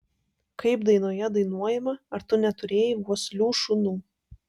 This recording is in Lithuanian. kaip dainoje dainuojama ar tu neturėjai vuoslių šunų